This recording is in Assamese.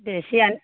বেছি আন